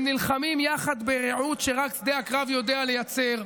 הם נלחמים יחד ברעות שרק שדה הקרב יודע לייצר,